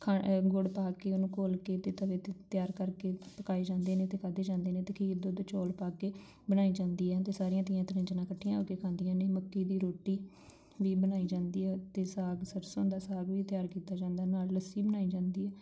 ਖੰ ਗੁੜ ਪਾ ਕੇ ਉਹ ਨੂੰ ਘੋਲ ਕੇ ਅਤੇ ਤਵੇ 'ਤੇ ਤਿਆਰ ਕਰਕੇ ਪਕਾਏ ਜਾਂਦੇ ਨੇ ਅਤੇ ਖਾਧੇ ਜਾਂਦੇ ਨੇ ਅਤੇ ਖੀਰ ਦੁੱਧ ਚੌਲ ਪਾ ਕੇ ਬਣਾਈ ਜਾਂਦੀ ਹੈ ਅਤੇ ਸਾਰੀਆਂ ਧੀਆਂ ਤਰਿੰਜਣਾਂ ਇਕੱਠੀਆਂ ਹੋ ਕੇ ਖਾਂਦੀਆਂ ਨੇ ਮੱਕੀ ਦੀ ਰੋਟੀ ਵੀ ਬਣਾਈ ਜਾਂਦੀ ਹੈ ਅਤੇ ਸਾਗ ਸਰਸੋਂ ਦਾ ਸਾਗ ਵੀ ਤਿਆਰ ਕੀਤਾ ਜਾਂਦਾ ਨਾਲ ਲੱਸੀ ਬਣਾਈ ਜਾਂਦੀ ਹੈ